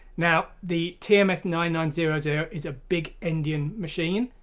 now, the t m s nine nine zero zero is a big endian machine,